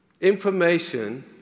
information